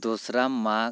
ᱫᱚᱥᱨᱟ ᱢᱟᱜᱽ